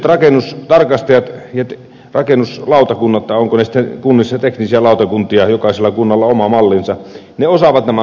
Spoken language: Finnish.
nykyiset rakennustarkastajat ja rakennuslautakunnat tai ovatko ne kunnissa teknisiä lautakuntia jokaisella kunnalla on oma mallinsa osaavat nämä hommat hoitaa